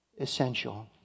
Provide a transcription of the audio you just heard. essential